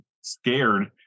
scared